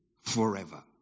forever